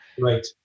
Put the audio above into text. Right